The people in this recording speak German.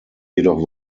jedoch